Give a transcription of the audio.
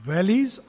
Valleys